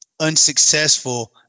unsuccessful